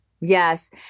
Yes